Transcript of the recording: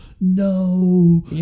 no